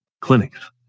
clinics